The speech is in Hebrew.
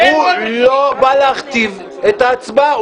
הוא לא בא להכתיב את ההצבעה,